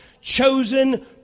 chosen